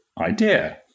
idea